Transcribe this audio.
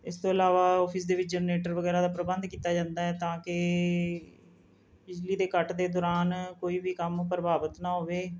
ਇਸ ਤੋਂ ਇਲਾਵਾ ਆਫਿਸ ਦੇ ਵਿੱਚ ਜਨਰੇਟਰ ਵਗੈਰਾ ਦਾ ਪ੍ਰਬੰਧ ਕੀਤਾ ਜਾਂਦਾ ਹੈ ਤਾਂ ਕਿ ਬਿਜਲੀ ਦੇ ਕੱਟ ਦੇ ਦੌਰਾਨ ਕੋਈ ਵੀ ਕੰਮ ਪ੍ਰਭਾਵਤ ਨਾ ਹੋਵੇ